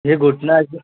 हे घुटण्याचं